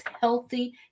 healthy